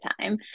time